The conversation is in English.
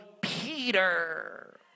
Peter